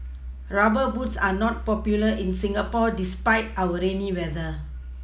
rubber boots are not popular in Singapore despite our rainy weather